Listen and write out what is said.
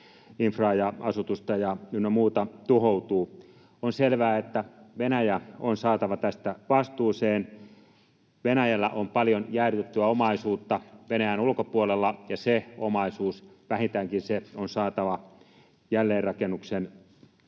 infraa ja asutusta ynnä muuta tuhoutuu. On selvää, että Venäjä on saatava tästä vastuuseen. Venäjällä on paljon jäädytettyä omaisuutta Venäjän ulkopuolella, ja vähintäänkin se omaisuus on saatava jälleenrakennukseen hyväksikäytettyä.